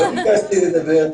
לא ביקשתי לדבר.